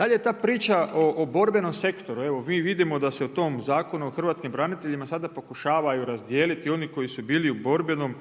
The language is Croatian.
Da li je ta priča o borbenom sektoru, evo mi vidimo da se u tom Zakonu o hrvatskim braniteljima sada pokušavaju razdijeliti oni koji su bili u borbenom